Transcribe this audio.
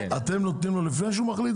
אתם נותנים לו לפני שהוא מחליט,